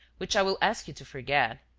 which i will ask you to forget.